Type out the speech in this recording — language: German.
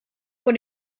vor